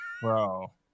Bro